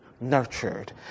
nurtured